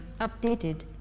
Updated